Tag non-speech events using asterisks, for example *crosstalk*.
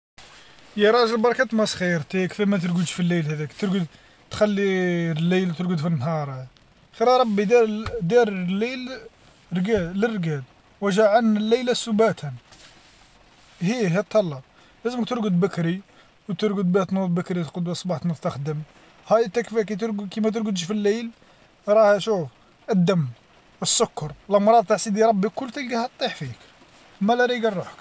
يا راجل بركا تمسخير انت كفاش ما ترقدش في الليل هذا ترقد تخلي *hesitation* الليل ترقد في النهار، ترى ربي دار الليل لر- للرقاد وجعلنا الليل سباتا، هيه أتهلا لازم ترقد بكري وترقد باه تنوض بكري قدوا صباح تنوض تخدم هاي انت كفاه كي ما ترقدش في الليل راها شوف الدم والسكر المرض تع سيدي ربي كل تلقاها طيح فيك ملا ريقل روحك.